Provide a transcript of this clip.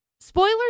Spoilers